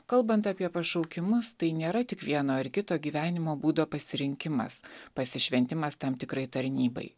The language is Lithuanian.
kalbant apie pašaukimus tai nėra tik vieno ar kito gyvenimo būdo pasirinkimas pasišventimas tam tikrai tarnybai